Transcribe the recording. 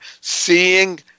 Seeing